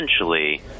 essentially